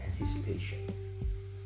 anticipation